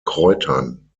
kräutern